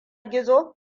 gizo